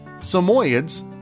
samoyeds